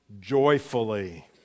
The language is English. joyfully